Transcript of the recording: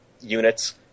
units